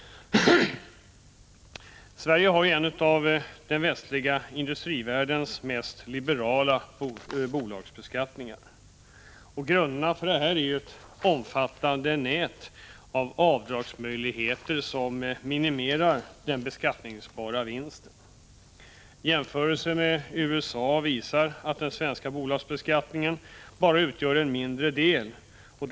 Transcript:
Sverige har en av den västliga industrivärldens mest liberala bolagsbeskattningar. Grunderna för denna är ett omfattande nät av avdragsmöjligheter som minimerar den beskattningsbara vinsten. Jämförelser med bolagsbeskattningen i USA visar att den svenska bolagsbeskattningen är mycket låg i jämförelse med denna.